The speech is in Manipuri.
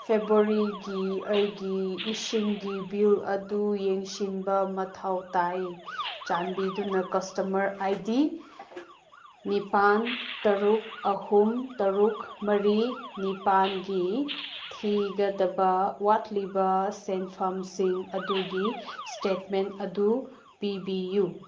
ꯐꯦꯕꯋꯥꯔꯤꯒꯤ ꯑꯩꯒꯤ ꯏꯁꯤꯡꯒꯤ ꯕꯤꯜ ꯑꯗꯨ ꯌꯦꯡꯁꯤꯟꯕ ꯃꯊꯧ ꯇꯥꯏ ꯆꯥꯟꯕꯤꯗꯨꯅ ꯀꯁꯇꯃꯔ ꯑꯥꯏ ꯗꯤ ꯅꯤꯄꯥꯟ ꯇꯔꯨꯛ ꯑꯍꯨꯝ ꯇꯔꯨꯛ ꯃꯔꯤ ꯅꯤꯄꯥꯟꯒꯤ ꯊꯤꯒꯗꯕ ꯋꯥꯠꯂꯤꯕ ꯁꯦꯟꯐꯝꯁꯤꯡ ꯑꯗꯨꯒꯤ ꯏꯁꯇꯦꯠꯃꯦꯟ ꯑꯗꯨ ꯄꯤꯕꯤꯌꯨ